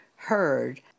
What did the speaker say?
heard